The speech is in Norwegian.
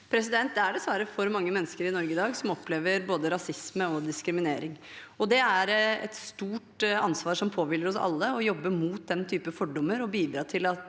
Det er dessverre for mange mennesker i Norge i dag som opplever både rasisme og diskriminering. Det er et stort ansvar som påhviler oss alle, å jobbe mot den type fordommer og bidra til at